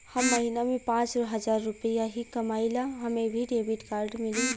हम महीना में पाँच हजार रुपया ही कमाई ला हमे भी डेबिट कार्ड मिली?